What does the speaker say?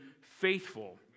faithful